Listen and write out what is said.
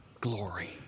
glory